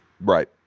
Right